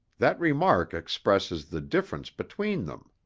that remark expresses the difference between them.